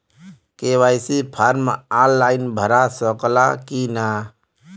KYC form online भरा सकला की ना?